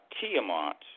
Tiamat